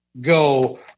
go